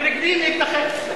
הם רגילים להתנחל.